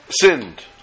sinned